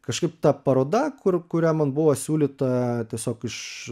kažkaip ta paroda kur kurią man buvo siūlyta tiesiog iš